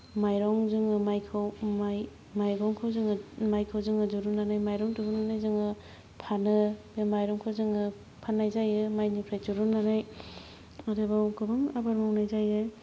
माइरं जोङो माइखौ माइ माइरंखौ जोङो माइखौ जोङो दिरुननानै माइरं दिहुननानै जोङो फानो बे माइरंखो जोङो फाननाय जायो माइनिफ्राय दिरुननानै आरोबाव गोबां आबाद मावनाय जायो